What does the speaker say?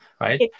right